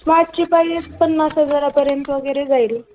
स्मार्टची पाहिजेत पन्नास हजारापर्यंत वगैरे जाईल